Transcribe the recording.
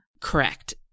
Correct